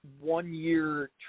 one-year